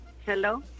hello